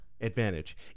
advantage